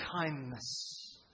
kindness